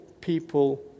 people